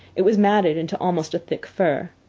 it was matted into almost a thick fur.